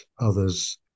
others